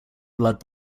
blood